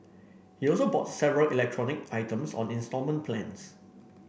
he also bought several electronic items on instalment plans